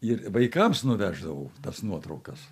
ir vaikams nuveždavau tas nuotraukas